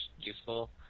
useful